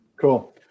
Cool